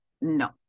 no